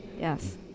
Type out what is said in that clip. Yes